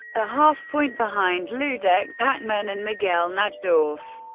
a half-point behind ludek pachman and miguel najdorf.